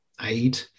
aid